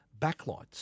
backlights